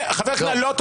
לא.